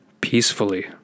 peacefully